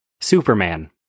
Superman